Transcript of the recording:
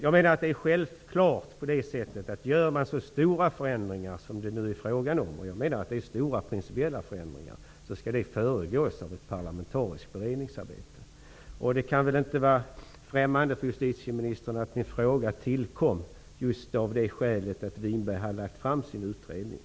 Om man gör så stora förändringar som det nu är fråga om -- jag menar att det är stora principiella förändringar -- skall dessa självfallet föregås av ett parlamentariskt beredningsarbete. Det kan väl inte vara främmande för justitieministern att min fråga tillkom just av det skälet att Winberg har lagt fram sin utredning.